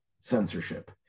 censorship